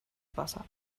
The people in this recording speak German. wasser